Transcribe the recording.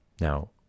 Now